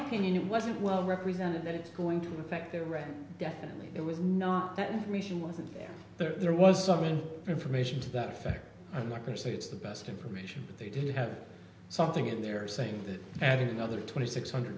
opinion it wasn't well represented that it's going to affect their rent definitely it was not that information wasn't there there was something information to that effect i'm not going to say it's the best information but they did have something in there saying that added another twenty six hundred